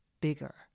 bigger